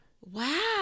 Wow